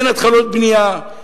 אין התחלות בנייה,